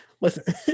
Listen